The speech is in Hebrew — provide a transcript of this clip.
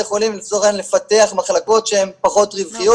חולים לצורך העניין לפתח מחלקות שהן פחות רווחיות.